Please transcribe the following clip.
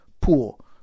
pool